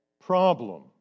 problem